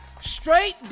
Straight